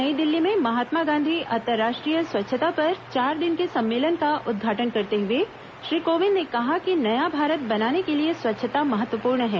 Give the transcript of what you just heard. कल नई दिल्ली में महात्मा गांधी अन्तर्राष्ट्रीय स्वच्छता पर चार दिन के सम्मेलन का उद्घाटन करते हुए श्री कोविंद ने कहा कि नया भारत बनाने के लिए स्वच्छता महत्वपूर्ण है